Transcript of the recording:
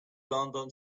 london